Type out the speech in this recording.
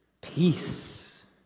Peace